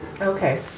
Okay